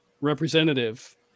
representative